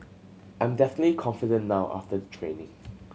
I'm definitely confident now after the training